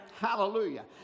Hallelujah